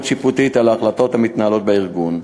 שיפוטית על ההחלטות המתנהלות בארגון.